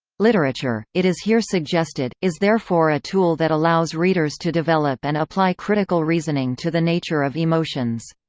literature, it is here suggested, is therefore a tool that allows readers to develop and apply critical reasoning to the nature of emotions.